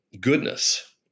goodness